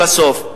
בסוף.